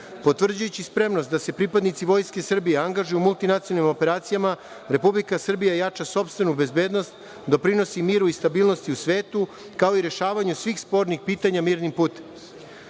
UN.Potvrđujući spremnost da se pripadnici Vojske Srbije angažuju u multinacionalnim operacijama, Republika Srbija jača sopstvenu bezbednost, doprinosi miru i stabilnosti u svetu, kao i u rešavanju svih spornih pitanja mirnim putem.